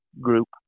group